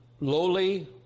lowly